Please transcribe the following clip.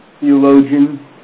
theologian